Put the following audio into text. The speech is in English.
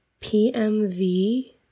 PMV